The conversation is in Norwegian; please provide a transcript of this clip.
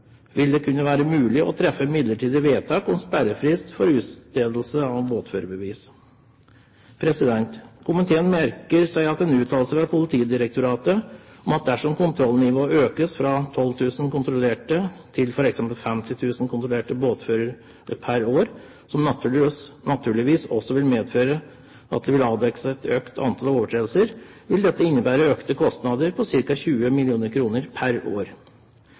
vil det kunne være mulig å treffe midlertidige vedtak om sperrefrist for utstedelse av båtførerbevis. Komiteen merker seg en uttalelse fra Politidirektoratet om at dersom kontrollnivået økes fra 12 000 kontrollerte til f.eks. 50 000 kontrollerte båtførere per år, som naturligvis også vil medføre at det vil avdekkes et økt antall overtredelser, vil dette innebære økte kostnader på ca. 20 mill. kr per år.